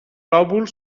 lòbul